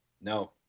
No